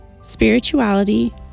spirituality